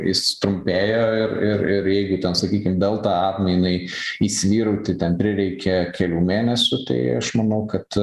jis trumpėja ir ir ir jeigu ten sakykim delta atmainai įsivyrauti ten prireikė kelių mėnesių tai aš manau kad